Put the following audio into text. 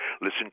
Listen